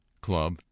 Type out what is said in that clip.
Club